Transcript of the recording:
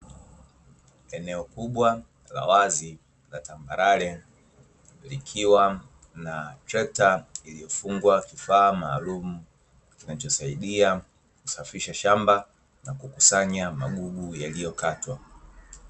Eneo kubwa la wazi la tambalale likiwa na trekta iliyofungwa kifaaa maalumu kinachosaidia kusafisha shamba na kukusanya magugu yaliyokatwa .